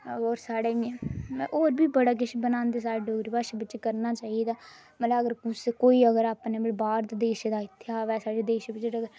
मतलब साढ़े इन्ने मतलब होर बड़ा किश बनांदे साढ़े डोगरी भाषा बिच करना चाहिदा मतलब अगर कुसै कोई अगर अपने बाह्र देसे दा इत्थै आवै साढ़े देशै बिच